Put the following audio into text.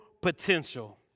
potential